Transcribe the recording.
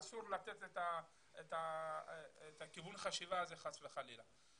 אסור לתת את כיוון החשיבה הזה, חס וחלילה.